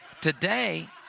Today